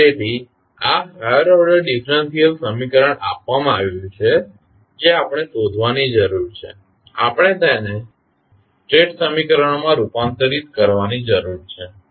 તેથી આ higher order differential સમીકરણ આપવામાં આવ્યું છે જે આપણે શોધવાની જરૂર છે આપણે તેને સ્ટેટ સમીકરણોમાં રૂપાંતરિત કરવાની જરૂર છે